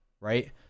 right